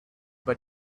but